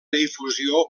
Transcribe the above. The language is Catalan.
difusió